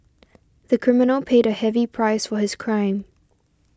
the criminal paid a heavy price for his crime